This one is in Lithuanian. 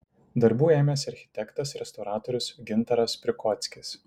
darbų ėmėsi architektas restauratorius gintaras prikockis